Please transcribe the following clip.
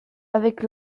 avec